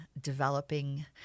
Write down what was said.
developing